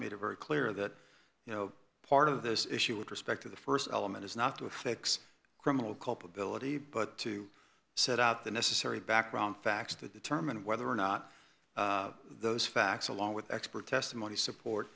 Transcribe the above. it very clear that you know part of this issue with respect to the st element is not to affix criminal culpability but to set out the necessary background facts to determine whether or not those facts along with expert testimony support